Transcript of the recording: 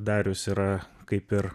darius yra kaip ir